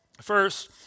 First